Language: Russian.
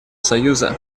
союза